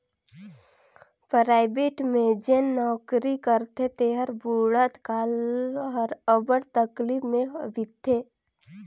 private में जेन नउकरी करथे तेकर बुढ़त काल हर अब्बड़ तकलीफ में बीतथे